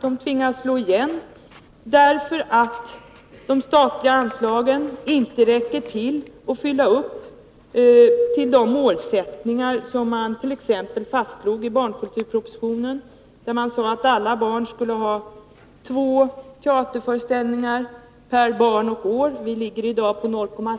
De tvingas slå igen därför att de statliga anslagen inte räcker till för att man skall kunna klara de målsättningar som fastslogs i barnkulturpropositionen, enligt vilken alla barn skulle få se två teaterföreställningar per år. I år är den siffran